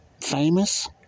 famous